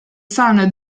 sanno